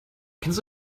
kennst